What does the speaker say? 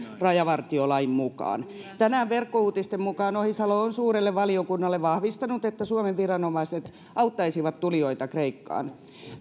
rajavartiolain mukaan rajaturvallisuuden ylläpitäminen tänään verkkouutisten mukaan ohisalo on suurelle valiokunnalle vahvistanut että suomen viranomaiset auttaisivat tulijoita kreikkaan